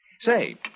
Say